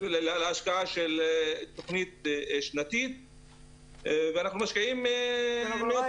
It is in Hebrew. להשקעה של תוכנית שנתית ואנחנו משקיעים מאות